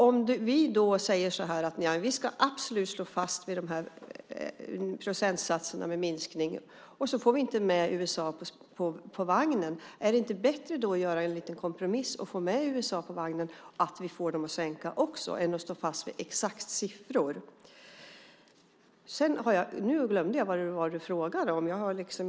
Om vi säger att vi absolut ska stå fast vid procentsatserna om minskning och sedan inte får med USA på vagnen är frågan om det inte i så fall är bättre att göra en liten kompromiss för att verkligen få med USA.